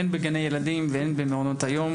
הן בגני הילדים והן במעונות היום,